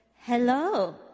hello